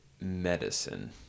medicine